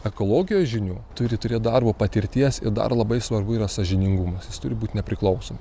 ekologijos žinių turi turėt darbo patirties ir dar labai svarbu yra sąžiningumas jis turi būt nepriklausoma